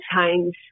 change